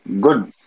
Good